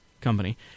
company